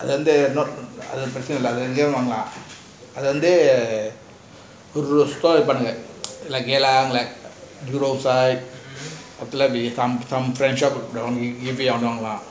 அது வந்து பிரேசனா இல்ல அது வந்து எங்க வெண்ண வாங்கலாம் அது வந்து ஒரு வைப்பாங்க:athu vanthu preachana illa athu vanthu enga venna vangalam athu vanthu oru vipanga like geylang like euros side shop